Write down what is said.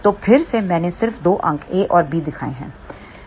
तो फिर से मैंने सिर्फ दो अंक A और B दिखाए हैं